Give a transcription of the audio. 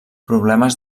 problemes